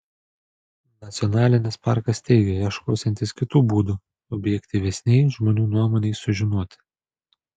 nacionalinis parkas teigia ieškosiantis kitų būdų objektyvesnei žmonių nuomonei sužinoti